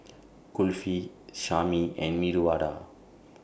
Kulfi Sashimi and Medu Vada